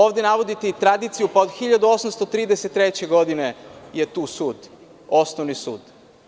Ovde navodite i tradiciju, pa od 1833. godine je tu sud, Osnovni sud.